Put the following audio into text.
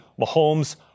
Mahomes